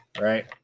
Right